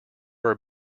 are